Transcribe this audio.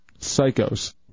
Psychos